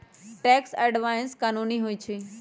tax avoidance कानूनी होइ छइ